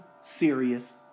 serious